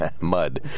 Mud